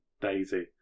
Daisy